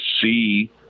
see